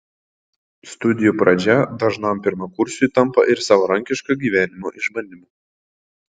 studijų pradžia dažnam pirmakursiui tampa ir savarankiško gyvenimo išbandymu